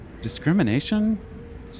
discrimination